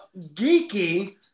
Geeky